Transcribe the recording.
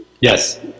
Yes